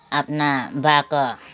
आफ्ना भएको